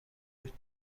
بود